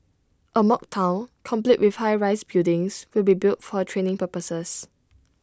A mock Town complete with high rise buildings will be built for training purposes